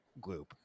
Gloop